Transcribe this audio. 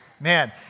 Man